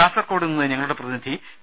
കാസർകോടുനിന്ന് ഞങ്ങളുടെ പ്രതിനിധി പി